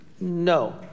No